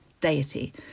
deity